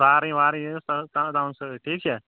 سارٕنٛگۍ وارٕنٛگۍ سامان أنۍ زیو سۭتۍ ٹھیٖک چھا